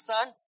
Son